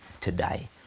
today